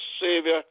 Savior